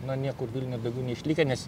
na niekur vilniuj daugiau neišlikę nes